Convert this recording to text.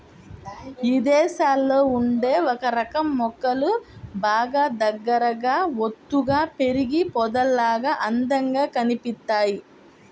ఇదేశాల్లో ఉండే ఒకరకం మొక్కలు బాగా దగ్గరగా ఒత్తుగా పెరిగి పొదల్లాగా అందంగా కనిపిత్తయ్